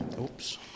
Oops